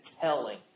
telling